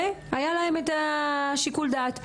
והיה להם את שיקול הדעת.